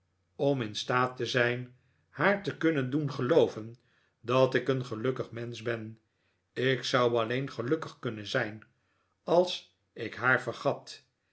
om in staat te zijn haar te kunnen doen gelooven dat ik een gelukkig mensch ben ik zou alleen gelukkig kunnen zijn als ik haar vergat